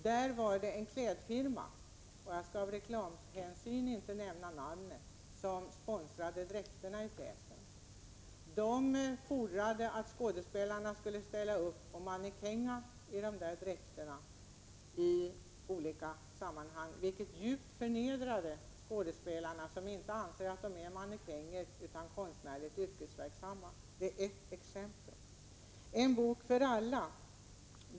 Där var det en klädfirma — jag skall av reklamhänsyn inte nämna namnet — som sponsrade dräkterna. Denna firma ville att skådespelarna skulle ställa upp i reklamsammanhang i firmans kläder, vilket djupt förnedrade skådespelarna, som inte anser att de är mannekänger utan 29 konstnärligt yrkesverksamma.